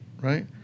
right